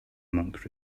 monk